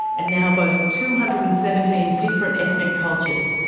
and now boasts two hundred and seventeen different ethnic cultures.